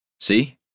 See